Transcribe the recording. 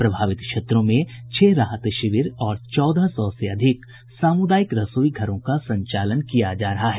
प्रभावित क्षेत्रों में छह राहत शिविर और चौदह सौ से अधिक सामुदायिक रसोई घरों का संचालन किया जा रहा है